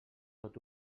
tot